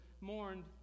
mourned